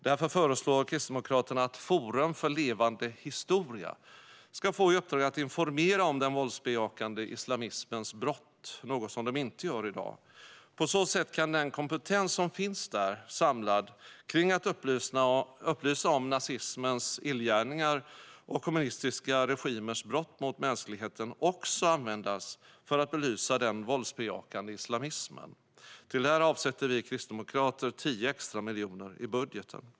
Därför föreslår Kristdemokraterna att Forum för levande historia ska få i uppdrag att informera om den våldsbejakande islamismens brott, vilket man inte gör i dag. På så sätt kan den kompetens som finns samlad där vad gäller att upplysa om nazismens illgärningar och kommunistiska regimers brott mot mänskligheten också användas för att belysa den våldsbejakande islamismen. Till detta avsätter vi kristdemokrater 10 miljoner extra i budgeten.